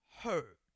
hurt